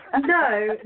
No